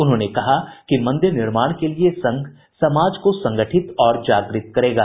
उन्होंने कहा कि मंदिर निर्माण के लिए संघ समाज को संगठित और जागृत करेगा